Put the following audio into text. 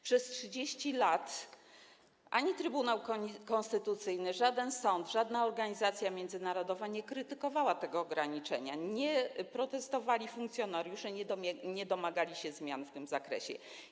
Przez 30 lat Trybunał Konstytucyjny, żaden sąd, żadna organizacja międzynarodowa nie krytykowały tego ograniczenia, nie protestowali funkcjonariusze, nie domagali się zmian w tym zakresie.